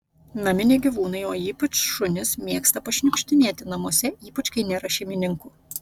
naminiai gyvūnai o ypač šunys mėgsta pašniukštinėti namuose ypač kai nėra šeimininkų